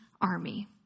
army